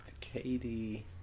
Katie